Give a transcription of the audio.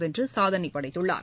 வென்றுசாதனைபடத்துள்ளார்